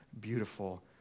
beautiful